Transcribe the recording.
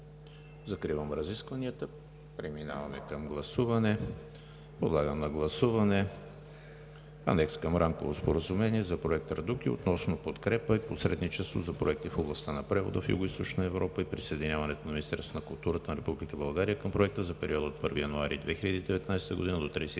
Закривам разискванията. Преминаваме към гласуване на Анекс към Рамково споразумение за Проект „Традуки“ относно подкрепа и посредничество за проекти в областта на превода в Югоизточна Европа и присъединяването на Министерството на културата на Република България към проекта за периода 1 януари 2019 г. – 31